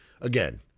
again